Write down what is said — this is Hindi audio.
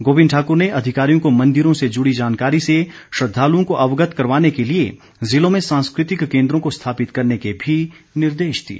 गोविंद ठाकुर ने अधिकारियों को मंदिरों से जुड़ी जानकारी से श्रद्वालुओं को अवगत करवाने के लिए जिलो में सांस्कृतिक केन्द्रों को स्थापित करने के भी निर्देश दिए